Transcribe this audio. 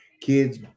kids